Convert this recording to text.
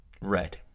red